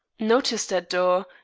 notice that door,